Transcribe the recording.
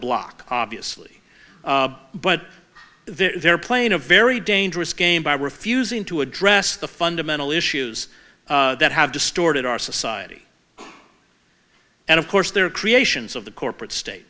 bloc obviously but they're playing a very dangerous game by refusing to address the fundamental issues that have distorted our society and of course they're creations of the corporate state